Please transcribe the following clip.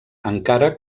encara